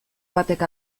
batek